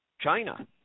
China